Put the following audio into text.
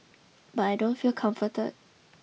but I don't feel comforted